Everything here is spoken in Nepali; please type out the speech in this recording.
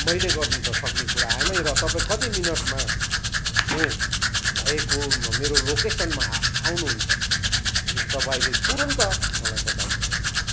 मैले गर्नु त सक्ने कुरा आएन र तपाईँ कति मिनटमा म भएको मेरो लोकेसनमा आ आउनुहुन्छ यो तपाईँले तुरुन्त मलाई बताई दिनुहोस्